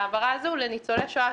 ההעברה הזו לניצולי שואה,